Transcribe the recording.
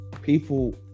people